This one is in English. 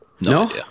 No